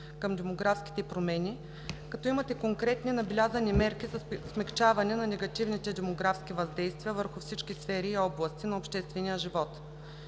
към демографските промени, като имате конкретни набелязани мерки за смекчаване на негативните демографски въздействия върху всички сфери и области на обществения живот.